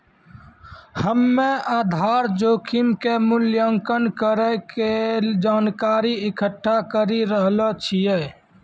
हम्मेआधार जोखिम के मूल्यांकन करै के जानकारी इकट्ठा करी रहलो छिऐ